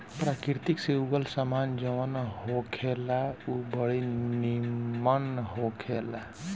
प्रकृति से उगल सामान जवन होखेला उ बड़ी निमन होखेला